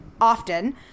often